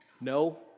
No